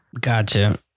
Gotcha